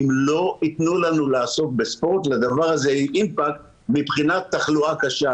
אם לא ייתנו לנו לעסוק בספורט לדבר הזה יהיה אימפקט מבחינת תחלואה קשה.